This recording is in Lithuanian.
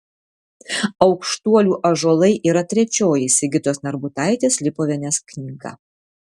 aukštuolių ąžuolai yra trečioji sigitos narbutaitės lipovienės knyga